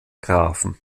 grafen